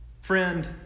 Friend